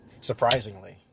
surprisingly